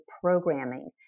programming